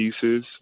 pieces